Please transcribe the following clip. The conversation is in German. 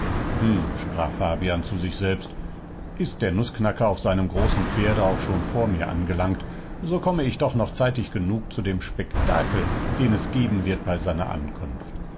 sprach fabian zu sich selbst ist der nußknacker auf seinem großen pferde auch schon vor mir angelangt so komme ich doch noch zeitig genug zu dem spektakel den es geben wird bei seiner ankunft